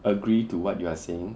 agree to what you are saying